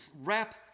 wrap